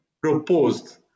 proposed